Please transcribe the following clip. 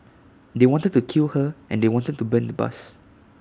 they wanted to kill her and they wanted to burn the bus